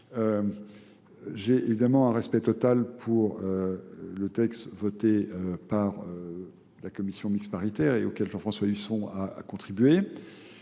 J'ai évidemment un respect total pour le texte voté par la Commission mixte paritaire et auquel Jean-François Husson a contribué,